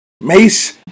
Mace